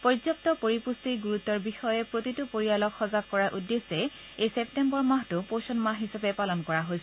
পৰ্যাপ্ত পৰিপুষ্টিৰ গুৰুত্বৰ বিষয়ে প্ৰতিটো পৰিয়ালক সজাগ কৰাৰ উদ্দেশ্যে এই ছেপ্তেম্বৰ মাহটো পোখ্বন মাহ হিচাপে পালন কৰা হৈছে